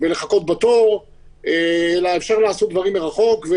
ולחכות בתור אלא אפשר לעשות דברים מרחוק.